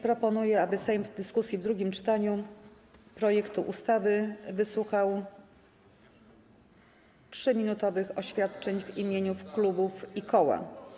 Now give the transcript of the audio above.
Proponuję, aby Sejm w dyskusji w drugim czytaniu projektu ustawy wysłuchał 3-minutowych oświadczeń w imieniu klubów i koła.